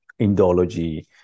Indology